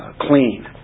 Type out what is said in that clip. clean